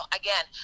again